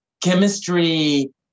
chemistry